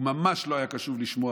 הוא ממש לא היה קשוב לשמוע,